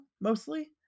mostly